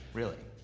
really?